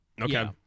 Okay